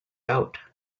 out